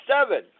seven